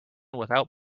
without